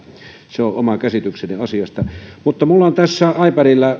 se on oma käsitykseni asiasta minulla on tässä ipadilla